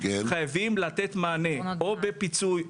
חייבים לתת מענה או בפיצוי,